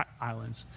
islands